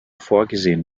vorgesehen